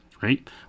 right